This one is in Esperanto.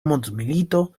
mondmilito